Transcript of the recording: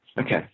Okay